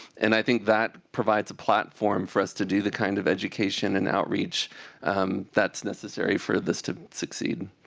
and i think that provides a platform for us to do the kind of education and outreach that's necessary for this to succeed.